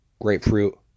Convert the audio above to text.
grapefruit